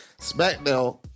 SmackDown